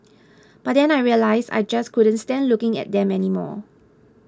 but then I realised I just couldn't stand looking at them anymore